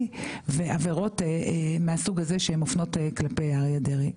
ועבירות מהסוג הזה שמופנות כלפי אריה דרעי.